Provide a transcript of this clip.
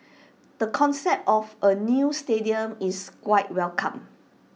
the concept of A new stadium is quite welcome